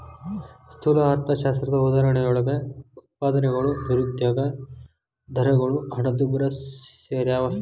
ಸ್ಥೂಲ ಅರ್ಥಶಾಸ್ತ್ರದ ಉದಾಹರಣೆಯೊಳಗ ಉತ್ಪಾದನೆಗಳು ನಿರುದ್ಯೋಗ ದರಗಳು ಹಣದುಬ್ಬರ ಸೆರ್ಯಾವ